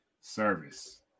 service